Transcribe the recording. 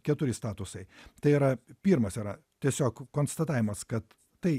keturi statusai tai yra pirmas yra tiesiog konstatavimas kad tai